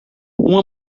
uma